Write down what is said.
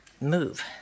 move